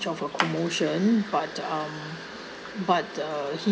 a commotion but um but uh he